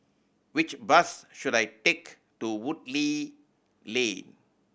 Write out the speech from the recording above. which bus should I take to Woodleigh Lane